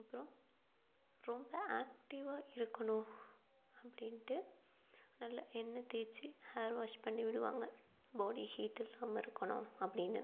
அப்புறம் ரொம்ப ஆக்ட்டிவாக இருக்கணும் அப்படின்ட்டு நல்ல எண்ணெய் தேய்ச்சி ஹேர் வாஷ் பண்ணி விடுவாங்க பாடி ஹீட் இல்லாமல் இருக்கணும் அப்படின்னு